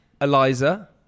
Eliza